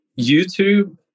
YouTube